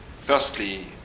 firstly